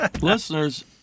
Listeners